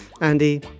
Andy